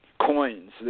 coins